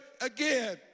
again